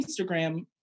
Instagram